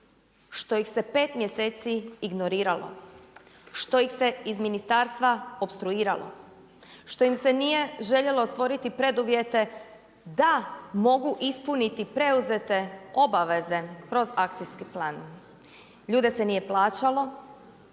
što ih se pet mjeseci ignoriralo, što ih se iz ministarstva opstruiralo, što im se nije željelo stvoriti preduvjete da mogu ispuniti preuzete obaveze kroz akcijski plan. Ljude se nije plaćalo,